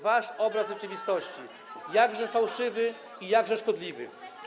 wasz obraz rzeczywistości, jakże fałszywy i jakże szkodliwy.